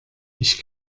ich